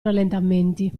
rallentamenti